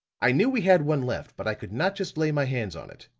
i knew we had one left, but i could not just lay my hands on it.